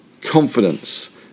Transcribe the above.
confidence